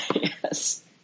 Yes